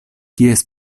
kies